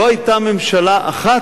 לא היתה ממשלה אחת,